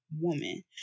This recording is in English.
woman